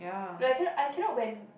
like can I I cannot when